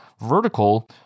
vertical